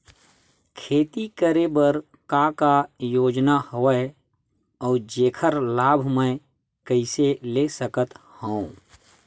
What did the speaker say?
खेती करे बर का का योजना हवय अउ जेखर लाभ मैं कइसे ले सकत हव?